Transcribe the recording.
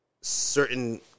certain